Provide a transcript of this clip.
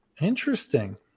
Interesting